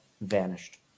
vanished